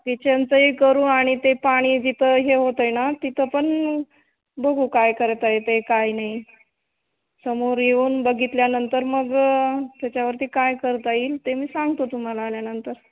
कीचनचंही करू आणि ते पाणी जिथं हे होतं आहे ना तिथं पण बघू काय करता येतं आहे काय नाही समोर येऊन बघितल्यानंतर मग त्याच्यावरती काय करता येईल ते मी सांगतो तुम्हाला आल्यानंतर